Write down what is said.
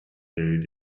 buried